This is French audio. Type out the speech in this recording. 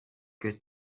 que